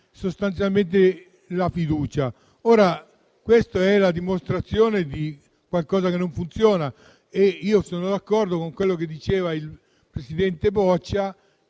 si pone la fiducia. Questa è la dimostrazione di qualcosa che non funziona. Io sono d'accordo con quello che diceva il presidente Boccia,